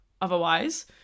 otherwise